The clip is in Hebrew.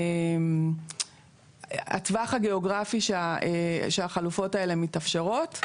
הטווח הגיאוגרפי שהחלופות האלה מתאפשרות.